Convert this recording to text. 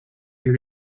your